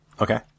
Okay